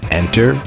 enter